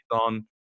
on